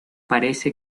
parece